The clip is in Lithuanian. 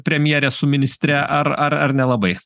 premjerė su ministre ar ar ar nelabai